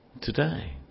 Today